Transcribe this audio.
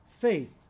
faith